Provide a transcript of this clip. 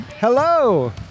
Hello